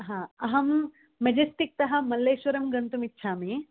अहं मेजेस्टिक् तः मल्लेश्वरं गन्तुमिच्छामि